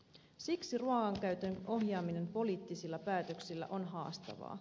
siksi ruuan käytön ohjaaminen poliittisilla päätöksillä on haastavaa